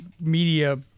media